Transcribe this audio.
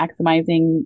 maximizing